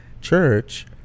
church